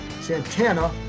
Santana